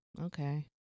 Okay